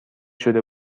شده